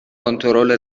کنترل